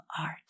art